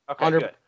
Okay